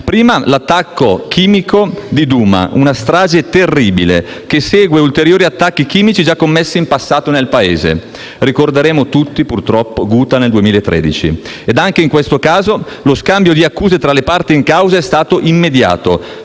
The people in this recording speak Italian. prima l’attacco chimico di Douma, una strage terribile, che segue ulteriori attacchi chimici già commessi in passato nel Paese - ricordiamo tutti, purtroppo, Ghuta nel 2013 - e, anche in questo caso, lo scambio di accuse tra le parti in causa è stato immediato.